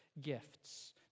gifts